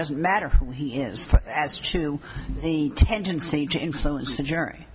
doesn't matter who he is as to the tendency to influence the jury